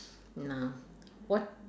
now what